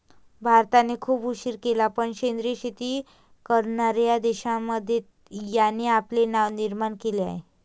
भारताने खूप उशीर केला पण सेंद्रिय शेती करणार्या देशांमध्ये याने आपले नाव निर्माण केले आहे